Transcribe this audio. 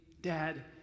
Dad